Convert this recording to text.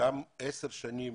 עשר שנים